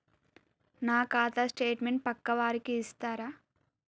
నా ఖాతా స్టేట్మెంట్ పక్కా వారికి ఇస్తరా?